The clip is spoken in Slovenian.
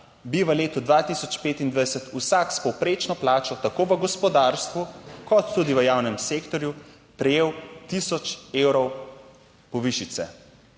bi v letu 2025 vsak s povprečno plačo tako v gospodarstvu kot tudi v javnem sektorju prejel 1000 evrov povišice.